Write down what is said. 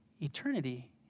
Eternity